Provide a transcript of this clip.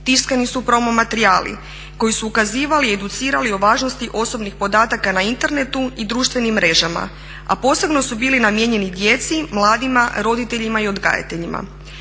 tiskani su promo materijali koji su ukazivali i educirali o važnosti osobnih podataka na internetu i društvenim mrežama, a posebno su bili namijenjeni djeci, mladima, roditeljima i odgajateljima.